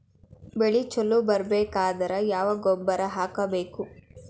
ಬೆಳಿ ಛಲೋ ಬರಬೇಕಾದರ ಯಾವ ಗೊಬ್ಬರ ಹಾಕಬೇಕು?